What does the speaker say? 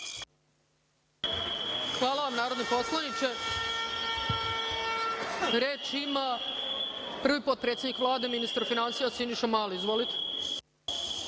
Hvala vam, narodni poslaniče. Reč ima prvi potpredsednik Vlade, ministar finansija Siniša Mali. Izvolite.